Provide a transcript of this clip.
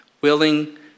willing